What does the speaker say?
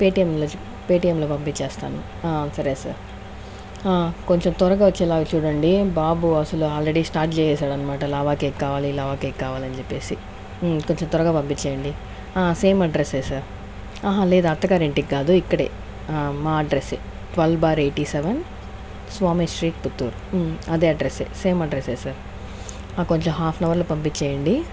Paytm పేటీఎంలో పంపించేస్తాను సరే సార్ కొంచెం త్వరగా వచ్చేలాగా చూడండి బాబు అసలు ఆల్రెడీ స్టార్ట్ చేసేసాడనమాట లావా కేక్ కావాలి లావా కావాలి అనిచెప్పేసి కొంచెం త్వరగా పంపించేయండి సేమ్ అడ్రస్సే సార్ అహ లేదు అత్తగారింటికి కాదు ఇక్కడే మా అడ్రెస్సే twelve bar eighty seven Swami street Puttur అదే అడ్రస్సే సేమ్ అడ్రస్సే సార్ నాకు కొంచెం హాఫనవర్లో పంపించేయ్యండి